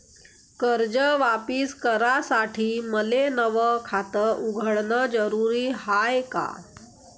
कर्ज वापिस करासाठी मले नव खात उघडन जरुरी हाय का?